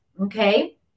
Okay